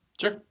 Sure